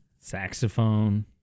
Saxophone